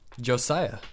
Josiah